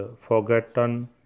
forgotten